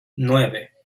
nueve